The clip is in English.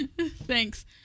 Thanks